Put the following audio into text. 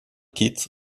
kitts